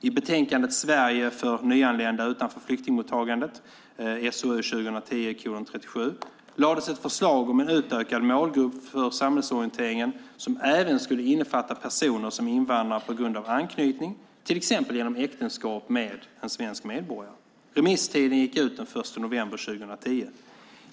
I betänkandet Sverige för nyanlända utanför flyktingmottagandet lades ett förslag om en utökad målgrupp för samhällsorienteringen som även skulle innefatta personer som invandrar på grund av anknytning, till exempel genom äktenskap med en svensk medborgare. Remisstiden gick ut den 1 november 2010.